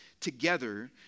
together